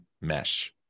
mesh